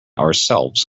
ourselves